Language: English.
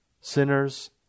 Sinners